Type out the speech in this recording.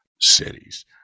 cities